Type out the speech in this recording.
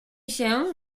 się